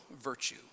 virtue